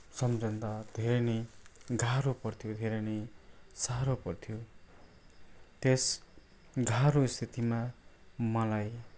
सम्झँदा धेरै नै गाह्रो पर्थ्यो धेरै नै साह्रो पर्थ्यो त्यस गाह्रो स्थितिमा मलाई